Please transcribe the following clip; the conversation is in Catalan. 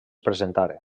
presentaren